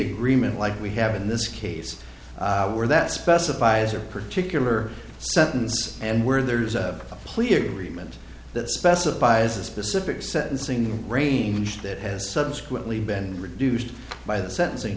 agreement like we have in this case were that specifies a particular sentence and where there's a plea agreement that specifies a specific sensing range that has subsequently been reduced by the sentencing